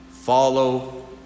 Follow